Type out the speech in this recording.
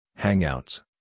Hangouts